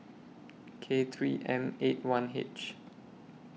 K three M eight one H